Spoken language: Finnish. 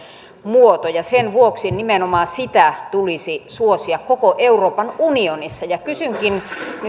muoto ja sen vuoksi nimenomaan sitä tulisi suosia koko euroopan unionissa kysynkin nyt